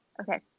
okay